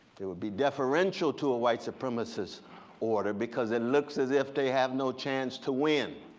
it would be deferential to a white supremacist order because it looks as if they have no chance to win.